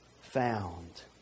found